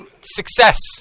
Success